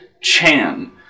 Chan